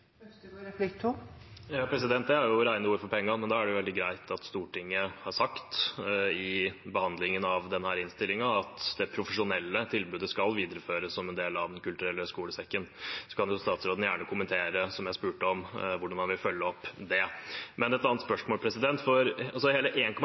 ord for pengene, og da er det veldig greit at Stortinget i behandlingen av denne innstillingen har sagt at det profesjonelle tilbudet skal videreføres som en del av Den kulturelle skolesekken. Så kan statsråden gjerne kommentere, som jeg spurte om, hvordan man vil følge opp det. Jeg har et annet